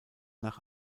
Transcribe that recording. nach